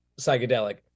psychedelic